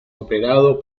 operado